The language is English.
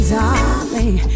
darling